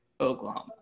Oklahoma